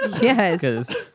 Yes